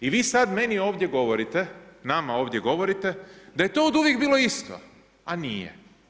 I vi sad meni ovdje govorite, nama ovdje govorite da je to oduvijek bilo isto, a nije.